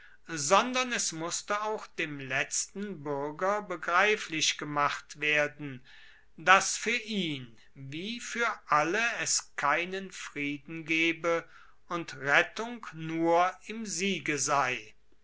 sondern es musste auch dem letzten buerger begreiflich gemacht werden dass fuer ihn wie fuer alle es keinen frieden gebe und rettung nur im siege sei